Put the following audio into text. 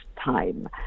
time